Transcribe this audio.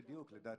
לדעתי,